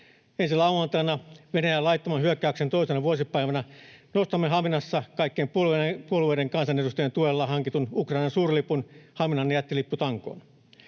Ensi lauantaina, Venäjän laittoman hyökkäyksen toisena vuosipäivänä, nostamme Haminassa kaikkien puolueiden kansanedustajien tuella hankitun Ukrainan suurlipun Haminan jättilipputankoon,